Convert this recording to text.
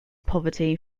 poverty